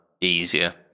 easier